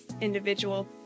individual